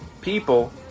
people